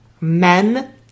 men